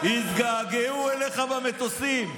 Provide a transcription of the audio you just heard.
התגעגעו אליך במטוסים.